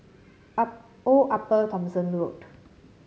Old Upper Thomson Road